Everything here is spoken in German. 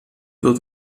wird